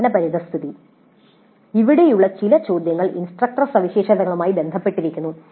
പഠന പരിതസ്ഥിതി ഇവിടെയുള്ള ചില ചോദ്യങ്ങൾ ഇൻസ്ട്രക്ടർ സവിശേഷതകളുമായി ബന്ധപ്പെട്ടിരിക്കുന്നു